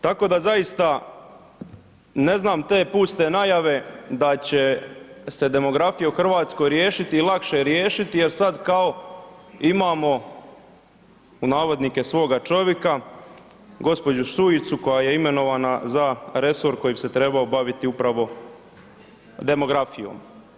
Tako da zaista ne znam te puste najave da će se demografija u Hrvatskoj riješiti i lakše riješiti jer sad kao imamo pod navodnike svoga čovjeka, gđu. Šuicu koja je imenovana za resor koji bi se trebao baviti upravo demografijom.